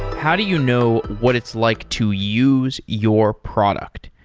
how do you know what it's like to use your product?